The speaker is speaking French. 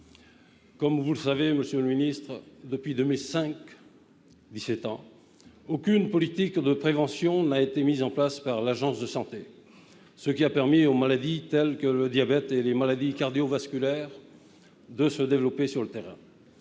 Comme vous le savez, monsieur le ministre, depuis 2005, aucune politique de prévention n'a été mise en place par l'Agence de santé, ce qui a permis à des maladies telles que le diabète ou les maladies cardiovasculaires de se développer sur le terrain.